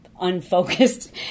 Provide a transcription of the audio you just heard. unfocused